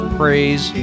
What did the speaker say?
praise